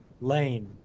lane